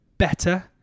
Better